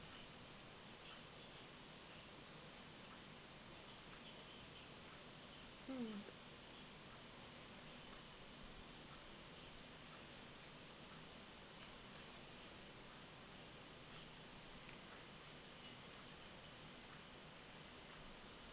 mm